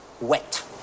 wet